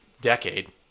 decade